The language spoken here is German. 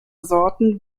sorten